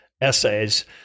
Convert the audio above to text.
essays